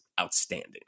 outstanding